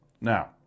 Now